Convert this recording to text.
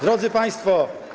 Drodzy Państwo!